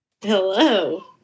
Hello